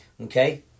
Okay